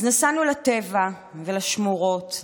אז נסענו לטבע ולשמורות,